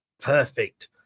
Perfect